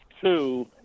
two